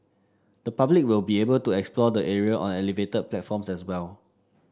the public will be able to explore the area on elevated platforms as well